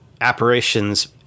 apparitions